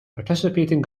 participating